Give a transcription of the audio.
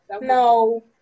No